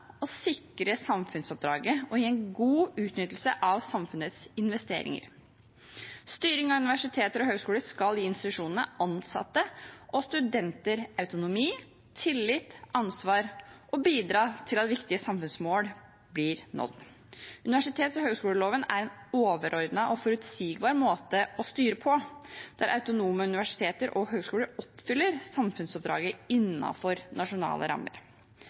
overordnet, sikre samfunnsoppdraget og gi en god utnyttelse av samfunnets investeringer. Styring av universiteter og høyskoler skal gi institusjonene, ansatte og studenter autonomi, tillit, ansvar og bidra til at viktige samfunnsmål blir nådd. Universitets- og høyskoleloven er en overordnet og forutsigbar måte å styre på, der autonome universiteter og høyskoler oppfyller samfunnsoppdraget innenfor nasjonale rammer.